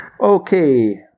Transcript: Okay